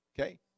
Okay